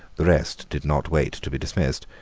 the rest did not wait to be dismissed.